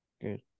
Good